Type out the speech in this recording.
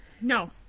No